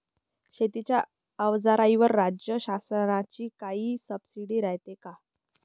शेतीच्या अवजाराईवर राज्य शासनाची काई सबसीडी रायते का?